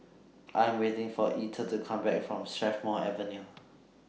I Am waiting For Etter to Come Back from Strathmore Avenue